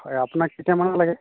হয় আপোনাক কেতিয়া মানে লাগে